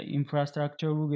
infrastructure